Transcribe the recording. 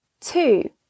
Two